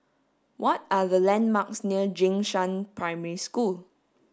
what are the landmarks near Jing Shan Primary School